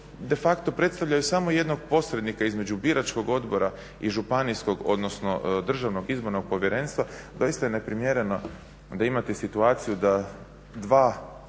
defacto predstavljaju samo jednog posrednika između biračkog odbora i županijskog odnosno državnog izbornog povjerenstva. Doista je neprimjereno da imate situaciju da dva